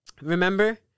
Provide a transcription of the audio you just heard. remember